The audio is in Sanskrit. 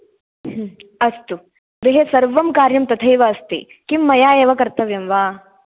अस्तु गृहे सर्वं कार्यं तथैव अस्ति किं मया एव कर्तव्यं वा